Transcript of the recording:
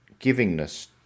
givingness